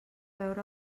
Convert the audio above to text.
veure